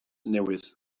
newydd